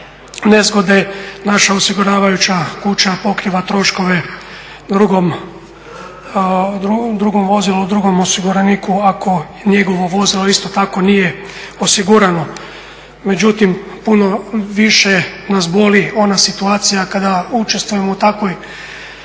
nezgode naša osiguravajuća kuća pokriva troškove drugom vozilu, drugom osiguraniku ako njegovo vozilo isto tako nije osigurano. Međutim, puno više nas boli ona situacija kada učestvujemo u takvoj